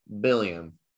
billion